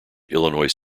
illinois